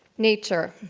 nature